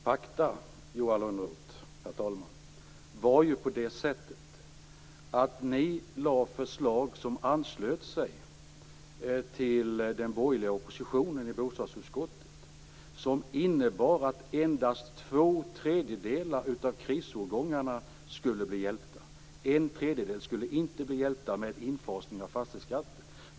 Herr talman! Faktum, Johan Lönnroth, är att ni lade fram förslag som anslöt sig till den borgerliga oppositionens förslag i bostadsutskottet och som innebar att endast två tredjedelar av krisårgångarna skulle bli hjälpta. En tredjedel skulle inte bli hjälpta vid infasningen av fastighetsskatten.